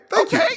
Okay